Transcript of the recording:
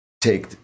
take